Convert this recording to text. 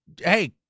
hey